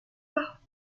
pas